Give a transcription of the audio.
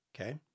Okay